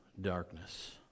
darkness